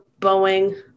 Boeing